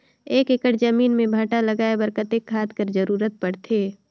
एक एकड़ जमीन म भांटा लगाय बर कतेक खाद कर जरूरत पड़थे?